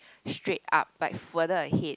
straight up but further ahead